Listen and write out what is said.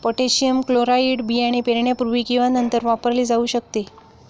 potassium chloride बियाणे पेरण्यापूर्वी किंवा नंतर वापरले जाऊ शकते